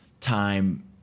time